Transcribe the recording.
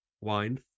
wine